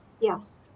Yes